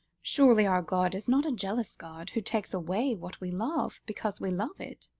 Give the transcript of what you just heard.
surely our god is not a jealous god, who takes away what we love, because we love it?